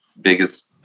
biggest